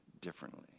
differently